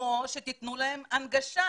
או שתתנו להם הנגשה.